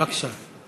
בבקשה.